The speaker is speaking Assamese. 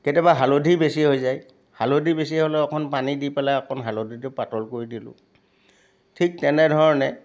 কেতিয়াবা হালধি বেছি হৈ যায় হালধি বেছি হ'লে অকণম পানী দি পেলাই অকণ হালধিটো পাতল কৰি দিলোঁ ঠিক তেনেধৰণে